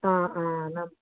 ആ ആ അന്നാൽ